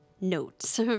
notes